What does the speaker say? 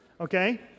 okay